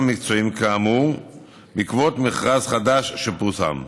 המקצועיים כאמור בעקבות מכרז חדש שפורסם.